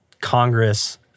Congress